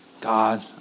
God